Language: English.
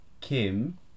Kim